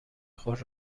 خود